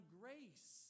grace